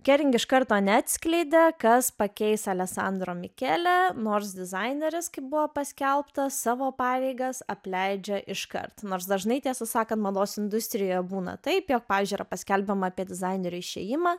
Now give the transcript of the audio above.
kering iš karto neatskleidė kas pakeis aleksandro mikelę nors dizaineris kaip buvo paskelbta savo pareigas apleidžia iškart nors dažnai tiesą sakan mados industrijoje būna taip jog pavyzdžiui yra paskelbiama apie dizainerio išėjimą